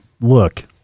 Look